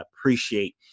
appreciate